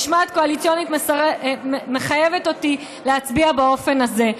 משמעת קואליציונית מחייבת אותי להצביע באופן הזה.